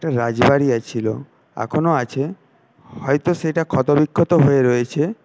একটা রাজবাড়ি ছিল এখনও আছে হয়তো সেটা ক্ষত বিক্ষত হয়ে রয়েছে